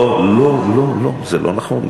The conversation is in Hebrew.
לא לא לא, זה לא נכון.